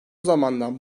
zamandan